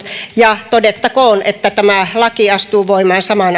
ja todettakoon että tämä laki astuu voimaan samaan aikaan kun